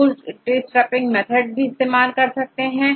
bootstrapping method भी इस्तेमाल कर सकते हैं